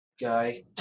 guy